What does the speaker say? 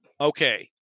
Okay